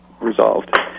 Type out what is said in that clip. resolved